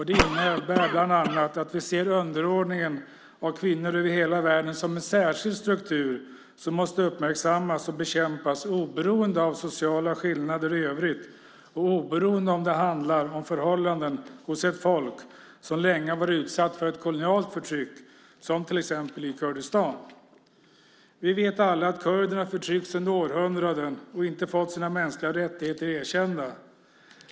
Det innebär bland annat att vi ser underordningen av kvinnor över hela världen som en särskild struktur som måste uppmärksammas och bekämpas, oberoende av sociala skillnader i övrigt och oberoende av om det handlar om förhållanden hos ett folk som länge har varit utsatt för ett kolonialt förtryck som till exempel i Kurdistan. Vi vet alla att kurderna har förtryckts under århundraden och inte fått sina mänskliga rättigheter erkända.